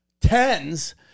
tens